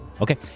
Okay